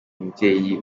mubyeyi